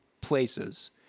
places